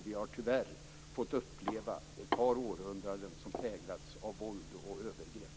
Vi har tyvärr fått uppleva ett par århundraden som präglats av våld och övergrepp.